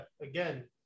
Again